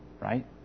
Right